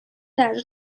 درجا